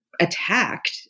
attacked